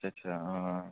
अच्छा अच्छा आं